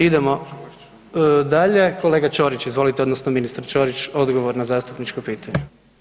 Idemo dalje, kolega Ćorić izvolite odnosno ministar Ćorić odgovor na zastupničko pitanje.